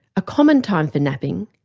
a common time for napping,